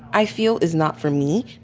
i feel, is not for me.